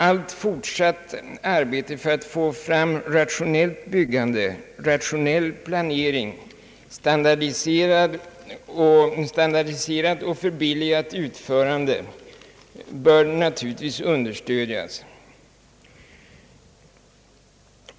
Allt fortsatt arbete för att åstadkomma rationellt byggande, rationell planering, standardiserat och förbilligat utförande bör naturligtvis understödjas.